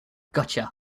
gotcha